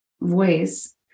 voice